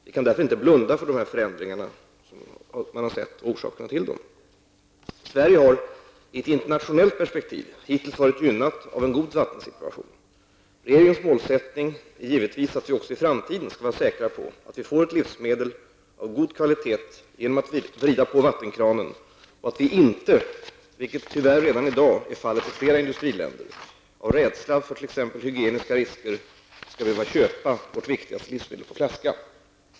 Vi kan därför inte blunda för dessa förändringar och orsakerna till dem. Sverige har, i ett internationellt perspektiv, hittills varit gynnat av en god vattensituation. Regeringens målsättning är givetvis att vi även i framtiden skall vara säkra på att vi får ett livsmedel av god kvalitet genom att vrida på vattenkranen och att vi inte, vilket tyvärr redan i dag är fallet i flera industriländer, av rädsla för t.ex. hygieniska risker skall behöva köpa vårt viktigaste livsmedel på flaska.